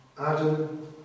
Adam